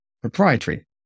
proprietary